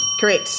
Correct